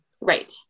right